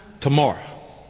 tomorrow